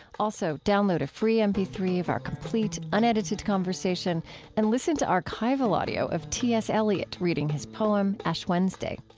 also, download a free m p three of our complete unedited conversation and listen to archival archival audio of t s. eliot reading his poem ash wednesday.